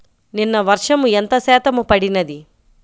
నిన్న వర్షము ఎంత శాతము పడినది?